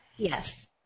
Yes